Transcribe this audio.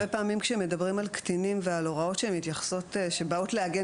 הרבה פעמים כשמדברים על קטינים ועל הוראות שבאות להגן